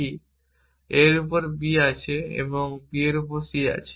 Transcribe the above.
a এর ওপর b আছে এবং b এর ওপর c আছে